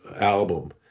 album